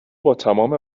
باتمام